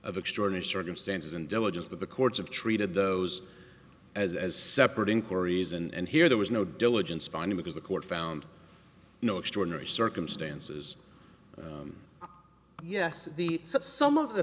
of extraordinary circumstances and diligence with the courts of treated those as as separate inquiries and here there was no diligence finding because the court found no extraordinary circumstances yes some of the